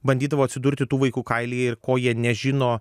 bandydavau atsidurti tų vaikų kailyje ir ko jie nežino